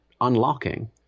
unlocking